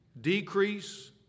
decrease